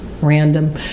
random